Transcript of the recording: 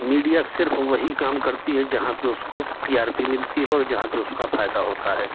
media सिर्फ वही काम करती हैं जहाँ पे उसको टी आर पी मिलती है और जहाँ पे उसका फायदा होता है